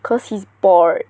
cause he's bored